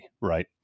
right